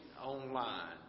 online